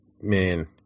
Man